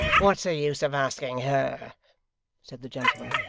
what's the use of asking her said the gentleman,